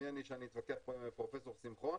מי אני שאני אתווכח פה עם פרופ' שמחון,